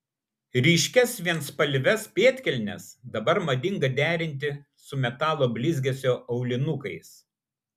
ryškias vienspalves pėdkelnes dabar madinga derinti su metalo blizgesio aulinukais